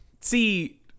See